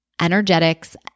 energetics